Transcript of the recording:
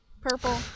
purple